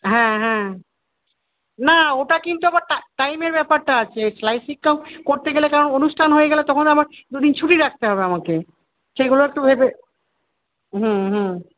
হ্যাঁ হ্যাঁ না ওটা কিন্তু আবার টাইমের ব্যাপারটা আছে করতে গেলে কারণ অনুষ্ঠান হয়ে গেলে তখন আবার দুদিন ছুটি রাখতে হবে আমাকে সেগুলো একটু ভেবে হুম হুম